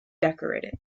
decorated